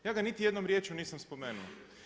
Ja ga niti jednom riječju nisam spomenuo.